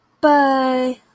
bye